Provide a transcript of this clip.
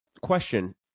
question